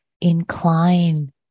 incline